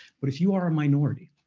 but if you are a minority,